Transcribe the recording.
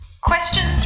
Question